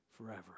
forever